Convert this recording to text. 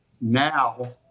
now